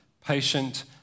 patient